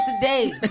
today